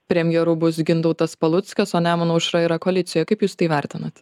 premjeru bus gintautas paluckas o nemuno aušra yra koalicijoj kaip jūs tai vertinate